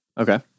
Okay